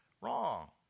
Wrong